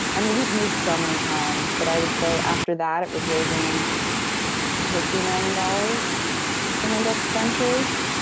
i mean, we've moved so many times but i would say after that it was raising fifty million dollars from index ventures.